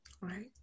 Right